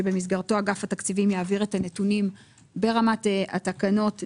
ובמסגרתו אגף התקציבים יעביר את הנתונים ברמת התקנות לממ"מ,